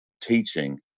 teaching